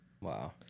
Wow